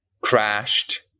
crashed